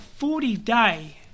40-day